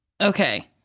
Okay